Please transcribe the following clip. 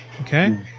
okay